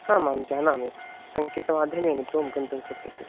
आमाम् जानामि सङ्केतमाध्यमेन तु गन्तुं शक्यते